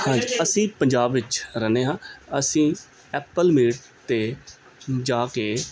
ਅਸੀਂ ਪੰਜਾਬ ਵਿੱਚ ਰਹਿੰਦੇ ਹਾਂ ਅਸੀਂ ਐਪਲ ਮੇਡ 'ਤੇ ਜਾ ਕੇ